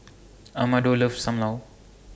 Amado loves SAM Lau